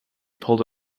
pulled